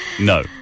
No